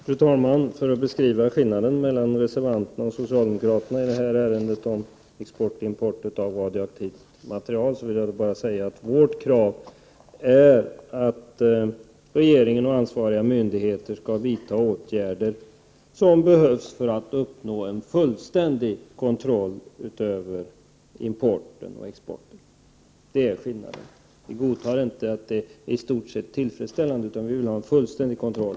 Fru talman! För att beskriva skillnaden mellan reservanterna och socialdemokraterna i det här ärendet om export och import av radioaktivt material vill jag bara säga att vårt krav är att regeringen och ansvariga myndigheter skall vidta de åtgärder som behövs för att man skall uppnå en fullständig kontroll över importen och exporten. Det är alltså skillnaden. Vi godtar inte att det är i stort sett tillfredsställande, utan vi vill ha en fullständig kontroll.